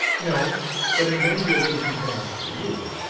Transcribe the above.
no but it may be a little too fast for you.